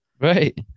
Right